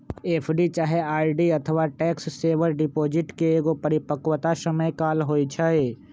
FD चाहे RD अथवा tax saver deposit के एगो परिपक्वता समय काल होइ छइ